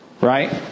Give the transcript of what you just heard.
Right